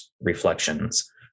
reflections